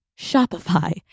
Shopify